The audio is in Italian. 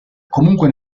comunque